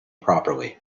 properly